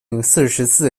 四十四